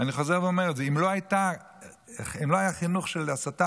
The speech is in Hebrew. אני חוזר ואומר את זה: אם לא היה חינוך של הסתה